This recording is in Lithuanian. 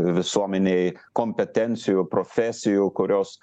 visuomenei kompetencijų profesijų kurios